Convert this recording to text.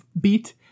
beat